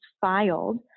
filed